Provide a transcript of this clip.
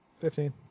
Fifteen